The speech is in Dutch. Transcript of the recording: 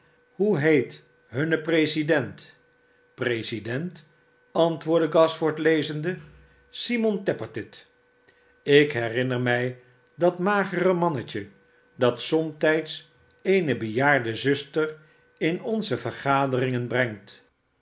hoe heet hun president president antwoordde gashford lezende a simon tappertit ik herinner mij dat magere mannetje dat somrijds eene bojaarde zuster in onze yergaderingen brengt